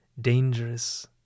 dangerous